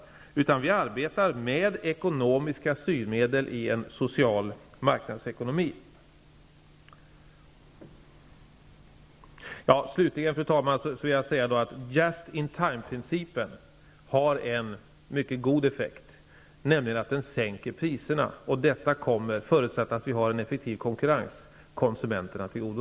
Vi arbetar med ekonomiska styrmedel i en social marknadsekonomi. Fru talman! Slutligen vill jag säga att just-in-time-principen har en mycket god effekt, nämligen att den sänker priserna, vilket -- förutsatt att det finns en effektiv konkurrens -- kommer konsumenterna till godo.